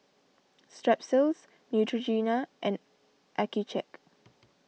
Strepsils Neutrogena and Accucheck